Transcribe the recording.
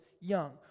young